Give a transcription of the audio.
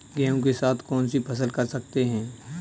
गेहूँ के साथ कौनसी फसल कर सकते हैं?